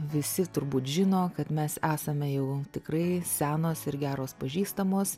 visi turbūt žino kad mes esame jau tikrai senos ir geros pažįstamos